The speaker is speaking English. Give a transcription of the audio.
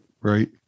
right